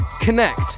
connect